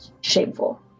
shameful